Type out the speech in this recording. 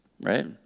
right